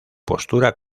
postura